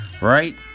Right